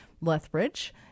Lethbridge